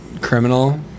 criminal